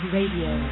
Radio